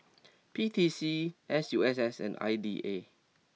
P T C S U S S and I D A